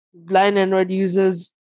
blindandroidusers